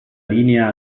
linea